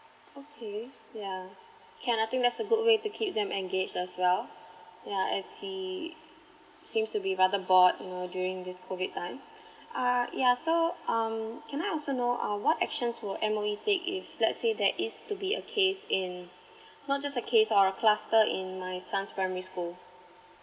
okay yeah can I think that's a good way to keep them engaged as well yeah as he seems to be rather bored you know during this COVID time uh yeah so um can I also know uh what actions will M_O_E take if let's say there is to be a case in not just a case or a cluster in my son's primary school